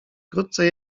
wkrótce